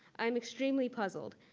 i'm extremely puzzled.